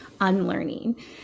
unlearning